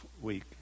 week